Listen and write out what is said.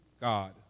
God